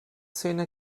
szene